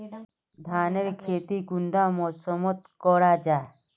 धानेर खेती कुंडा मौसम मोत करा जा?